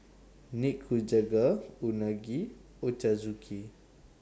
Nikujaga Unagi Ochazuke